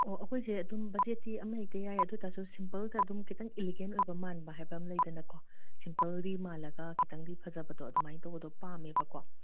ꯑꯣ ꯑꯩꯈꯣꯏꯁꯦ ꯑꯗꯨꯝ ꯕꯒꯦꯠꯇꯤ ꯑꯃꯍꯦꯛꯇ ꯌꯥꯏ ꯑꯗꯣꯏꯇꯥꯔꯁꯨ ꯁꯤꯝꯄꯜꯗ ꯑꯗꯨꯝ ꯈꯤꯇꯪ ꯏꯂꯤꯒꯦꯟ ꯑꯣꯏꯕ ꯃꯥꯟꯕ ꯍꯥꯏꯕꯃ ꯂꯩꯗꯅꯀꯣ ꯁꯤꯝꯄꯜꯗꯤ ꯃꯥꯜꯂꯒ ꯈꯤꯇꯪꯗꯤ ꯐꯖꯕꯗꯣ ꯑꯗꯨꯃꯥꯏꯅ ꯇꯧꯕꯗꯣ ꯄꯥꯝꯃꯦꯕꯀꯣ